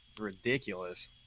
Ridiculous